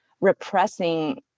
repressing